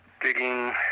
digging